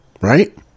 right